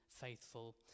faithful